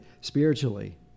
spiritually